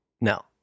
no